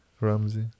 Ramsey